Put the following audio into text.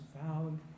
found